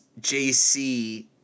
JC